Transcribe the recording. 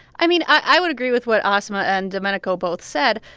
i mean, i would agree with what asma and domenico both said.